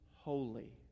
holy